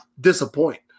disappoint